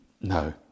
no